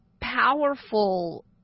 powerful